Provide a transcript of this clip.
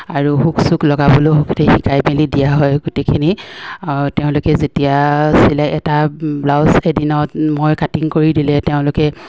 আৰু হুক চোক লগাবলৈও শিকাই মেলি দিয়া হয় গোটেইখিনি তেওঁলোকে যেতিয়া চিলাই এটা ব্লাউজ এদিনত মই কাটিং কৰি দিলে তেওঁলোকে